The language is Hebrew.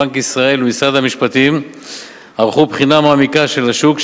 בנק ישראל ומשרד המשפטים ערכו בחינה מעמיקה של השוק,